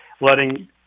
letting